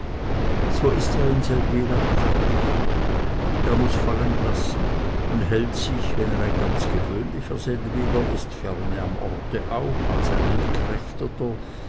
so ist er in seldwyla fertig er muß fallen lassen und hält sich wenn er ein ganz gewöhnlicher seldwyler ist ferner am orte auf als ein